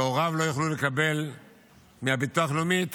שהוריו לא יוכלו לקבל מהביטוח הלאומי את